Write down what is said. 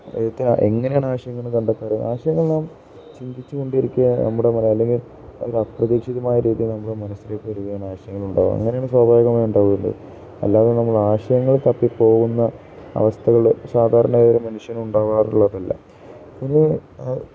എഴുത്തുകാര് എങ്ങനെയാണ് ആശയങ്ങള് കണ്ടെത്താറ് ആശയങ്ങൾ നാം ചിന്തിച്ചുകൊണ്ടിരിക്കുക നമ്മുടെ അല്ലെങ്കിൽ അപ്രതീക്ഷിതമായ രീതിയിൽ നമ്മുടെ മനസ്സിലേക്ക് വരികയാണ് ആശയങ്ങളുണ്ടാവുക അങ്ങനെയാണ് സ്വാഭാവികമായി ഉണ്ടാകുന്നത് അല്ലാതെ നമ്മള് ആശയങ്ങൾ തപ്പിപ്പോകുന്ന അവസ്ഥകള് സാധാരണ ഏതൊരു മനുഷ്യനും ഉണ്ടാവാറില്ല പിന്നെ